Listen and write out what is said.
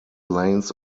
lanes